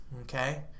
okay